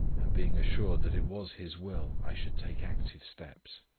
and being assured that it was his will i should take active steps.